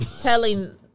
Telling